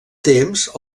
temps